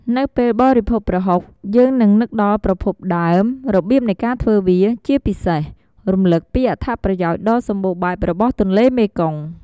នៅពេលបរិភោគប្រហុក យើងនឹងនឹកដល់ប្រភពដើម របៀបនៃការធ្វើវា ជាពិសេស រំលឹកពីអត្ថប្រយោជន៍ដ៏សម្បូរបែបរបស់ទន្លេមេគង្គ។